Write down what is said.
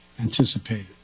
anticipated